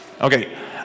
Okay